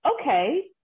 okay